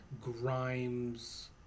Grimes